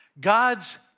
God's